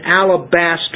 alabaster